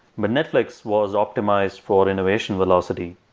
but netflix was optimized for innovation velocity.